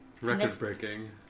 Record-breaking